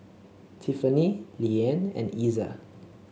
Tiffany Liane and Iza